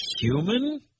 human